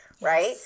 Right